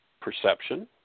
perception